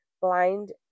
blind